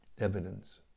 evidence